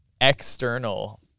external